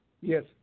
Yes